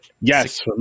yes